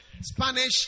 Spanish